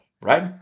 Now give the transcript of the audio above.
Right